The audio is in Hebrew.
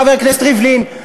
חבר הכנסת ריבלין,